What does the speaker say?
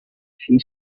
she